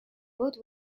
both